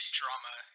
drama